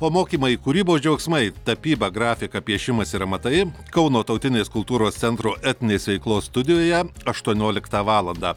o mokymai kūrybos džiaugsmai tapyba grafika piešimas ir amatai kauno tautinės kultūros centro etninės veiklos studijoje aštuonioliką valandą